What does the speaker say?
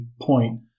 point